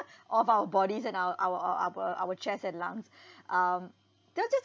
off our bodies and our our our our our chests and lungs um